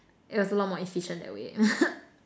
it was a lot more efficient that way